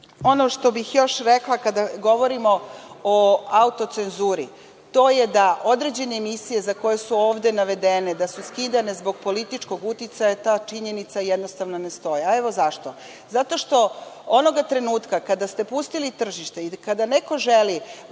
što bih još rekla, kada govorimo o autocenzuri, to je da određene emisije koje su ovde navedene da su skidane zbog političkog uticaja, ta činjenica jednostavno ne stoje. Evo zašto. Zato što onoga trenutka kada ste pustili tržište i kada neko želi